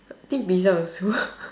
I think pizza also